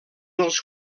els